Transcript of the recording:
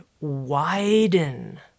widen